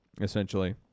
essentially